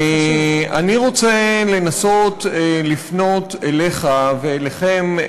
אני רוצה לנסות לפנות אליך ואליכם,